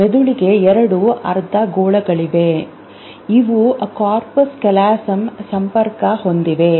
ಮೆದುಳಿಗೆ ಎರಡು ಅರ್ಧಗೋಳಗಳಿವೆ ಇವು ಕಾರ್ಪಸ್ ಕ್ಯಾಲೋಸಮ್ನಿಂದ ಸಂಪರ್ಕ ಹೊಂದಿವೆ